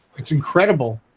it's incredible